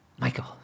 Michael